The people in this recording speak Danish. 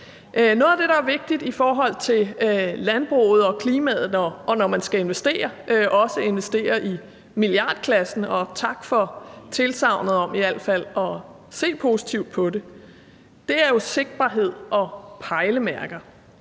Noget af det, der er vigtigt i forhold til landbruget og klimaet, og når man skal investere og også investere i milliardklassen – og tak for tilsagnet om i al fald at se positivt på det – er jo sigtbarhed og pejlemærker.